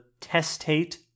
testate